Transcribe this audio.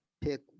pick